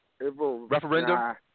Referendum